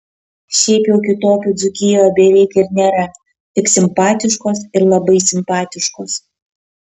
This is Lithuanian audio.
šiaip jau kitokių dzūkijoje beveik ir nėra tik simpatiškos ir labai simpatiškos